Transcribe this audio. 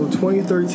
2013